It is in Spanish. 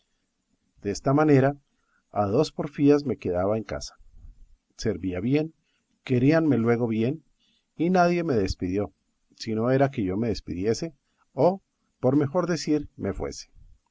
desta manera a dos porfías me quedaba en casa servía bien queríanme luego bien y nadie me despidió si no era que yo me despidiese o por mejor decir me fuese